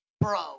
bro